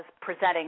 presenting